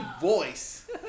voice